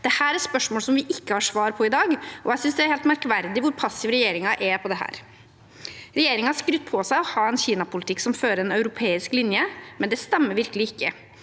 Dette er spørsmål som vi ikke har svar på i dag, og jeg synes det er helt merkverdig hvor passiv regjeringen er på dette området. Regjeringen skryter på seg å ha en Kina-politikk som følger en europeisk linje, men det stemmer virkelig ikke.